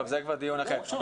זה כבר משהו אחר.